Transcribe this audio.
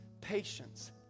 patience